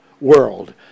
world